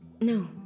No